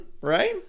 right